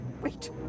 wait